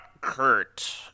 Kurt